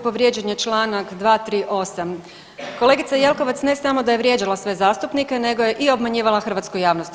Povrijeđen je Članak 238., kolegica Jelkovac ne samo da je vrijeđala sve zastupnike nego je i obmanjivala hrvatsku javnost.